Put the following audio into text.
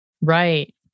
Right